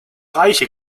reiche